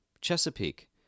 chesapeake